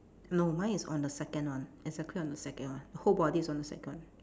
no mine is on the second one exactly on the second one whole body is on the second one